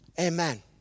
Amen